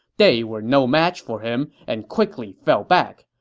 they were no match for him and quickly fell back.